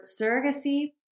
surrogacy